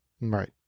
right